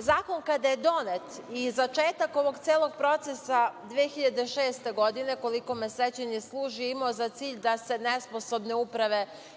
Zakon kada je donet, i začetak ovog celog procesa 2006. godina, koliko me sećanje služi, imao je za cilj da se nesposobne uprave